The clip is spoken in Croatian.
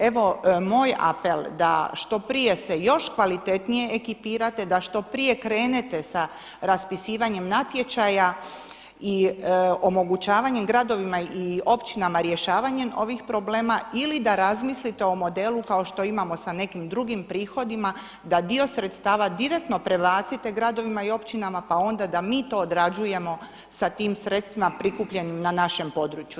Evo, moj apel da što prije se još kvalitetnije ekipirate, da što prije krenete s raspisivanjem natječaja i omogućavanjem gradovima i općinama rješavanjem ovih problema ili da razmislite o modelu kao što imamo s nekim drugim prihodima, da dio sredstava direktno prebacite gradovima i općinama pa onda da mi to odrađujemo s tim sredstvima prikupljenim na našem području.